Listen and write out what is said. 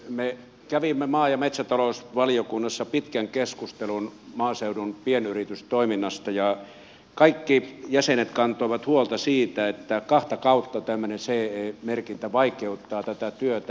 me kävimme maa ja metsätalousvaliokunnassa pitkän keskustelun maaseudun pienyritystoiminnasta ja kaikki jäsenet kantoivat huolta siitä että kahta kautta tämmöinen ce merkintä vaikeuttaa tätä työtä